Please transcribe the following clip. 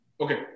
Okay